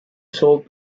salt